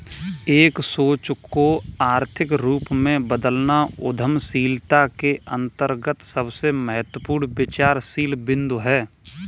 एक सोच को आर्थिक रूप में बदलना उद्यमशीलता के अंतर्गत सबसे महत्वपूर्ण विचारशील बिन्दु हैं